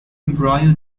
embryo